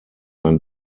ein